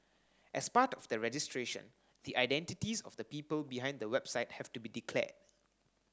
as part of the registration the identities of the people behind the website have to be declared